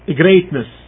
greatness